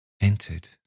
entered